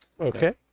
Okay